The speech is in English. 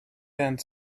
end